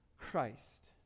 Christ